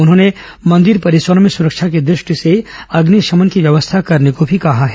उन्होंने मंदिर परिसरों में सुरक्षा की दृष्टि से अग्निशमन की व्यवस्था करने को भी कहा है